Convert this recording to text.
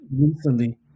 recently